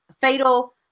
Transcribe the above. fatal